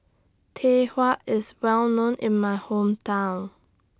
Tau Huay IS Well known in My Hometown